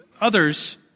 others